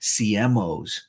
CMOs